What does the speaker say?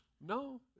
No